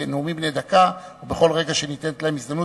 בנאומים בני דקה ובכל רגע שניתנת להם הזדמנות,